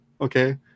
okay